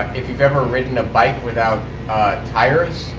if you've ever ridden a bike without tires.